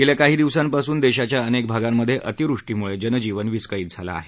गेल्या काही दिवसांपासून देशाच्या अनेक भागांमध्ये अतिवृष्टीमुळे जनजीवन विस्कळीत झालं आहे